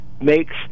makes